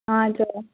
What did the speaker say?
हजुर